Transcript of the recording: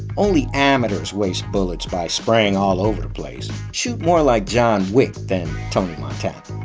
only amateurs waste bullets by spraying all over the place. shoot more like john wick than tony montana.